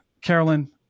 Carolyn